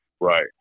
right